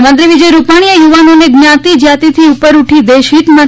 મુખ્યમંત્રી વિજય રૂપાણીએ યુવાનોને જ્ઞાનિ જાતિથી ઉપર ઉઠીને દેશહિત માટે